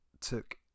took